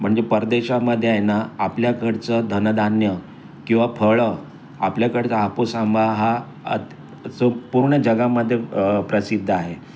म्हणजे परदेशामध्ये आहे ना आपल्याकडचं धनधान्य किंवा फळं आपल्याकडचा हापूस आंबा हा चौ पूर्ण जगामध्ये प्रसिद्ध आहे